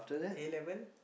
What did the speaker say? A-level